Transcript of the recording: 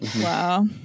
wow